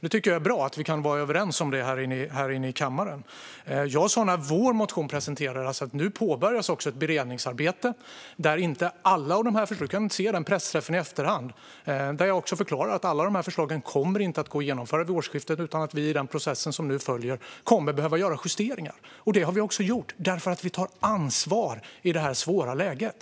Jag tycker att det är bra att vi kan vara överens om det här inne i kammaren. Jag sa när vår motion presenterades - du kan se den pressträffen i efterhand, Fredrik Olovsson - att ett beredningsarbete nu påbörjades. Jag förklarade också att alla dessa förslag inte kommer att gå att genomföra vid årsskiftet utan att vi i den process som nu följer kommer att behöva göra justeringar. Det har vi också gjort, därför att vi tar ansvar i detta svåra läge.